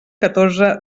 catorze